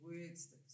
words